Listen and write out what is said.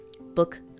book